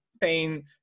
pain